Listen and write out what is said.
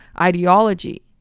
ideology